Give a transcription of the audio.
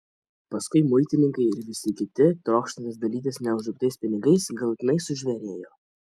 paskui muitininkai ir visi kiti trokštantys dalytis neuždirbtais pinigais galutinai sužvėrėjo